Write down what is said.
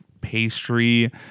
pastry